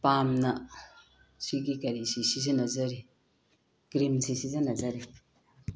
ꯄꯥꯝꯅ ꯁꯤꯒꯤ ꯀꯔꯤꯁꯦ ꯁꯤꯖꯤꯟꯅꯖꯔꯤ ꯀ꯭ꯔꯤꯃꯁꯦ ꯁꯤꯖꯤꯟꯅꯖꯔꯤ